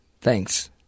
Thanks